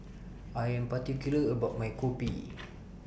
I Am particular about My Kopi